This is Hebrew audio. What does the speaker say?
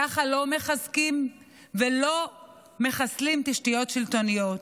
ככה לא מחסלים תשתיות שלטוניות.